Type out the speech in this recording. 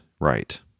right